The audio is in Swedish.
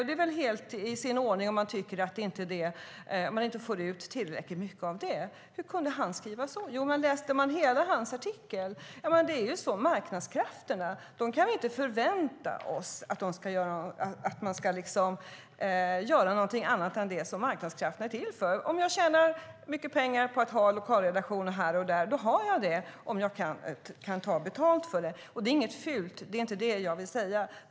Det är väl helt i sin ordning om man inte får ut tillräckligt mycket av det. Hur kunde han skriva så? Jo, om man läste hela hans artikel framgick det att det är så med marknadskrafterna: Vi kan inte förvänta oss att marknadskrafterna ska göra någonting annat än det som de är till för. Om jag tjänar lite pengar på att ha lokalredaktioner här och där har jag det om jag kan ta betalt för det. Och det är inget fult - det är inte det jag vill säga.